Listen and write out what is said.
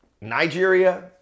Nigeria